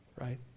right